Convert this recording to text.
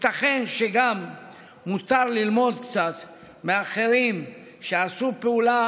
ייתכן שגם מותר ללמוד קצת מאחרים שעשו פעולה